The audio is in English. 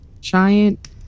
giant